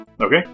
Okay